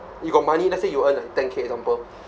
you got money let's say you earn like ten K example